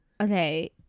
okay